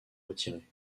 retirée